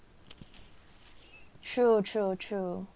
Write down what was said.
true true true